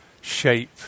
shape